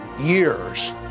years